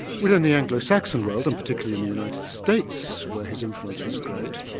within the anglo saxon world and particularly in the united states where his influence was great,